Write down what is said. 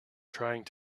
trying